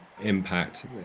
impact